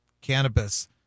cannabis